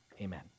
amen